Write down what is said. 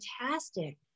fantastic